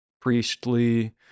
priestly